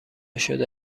شده